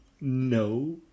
no